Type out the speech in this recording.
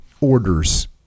orders